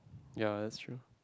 ya that's true